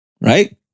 right